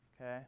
Okay